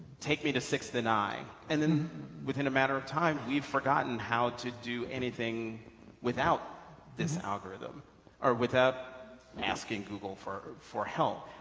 take me to sixty nine and then within a matter of time, we've forgotten how to do anything without this algorithm or without asking google for for help.